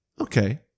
okay